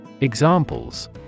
Examples